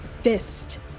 fist